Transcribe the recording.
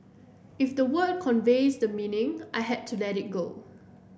if the word conveys the meaning I had to let it go